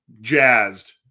jazzed